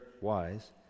wise